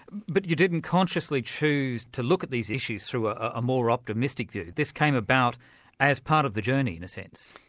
but you didn't consciously choose to look at these issues through ah a more optimistic view? this came about as part of the journey, in a sense.